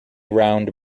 round